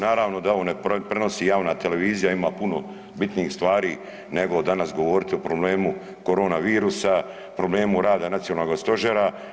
Naravno da ovo ne prenosi javna televizija, ima puno bitnijih stvari nego danas govoriti o problemu korona virusa, problemu rada Nacionalnog stožera.